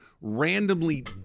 randomly